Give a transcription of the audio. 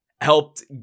Helped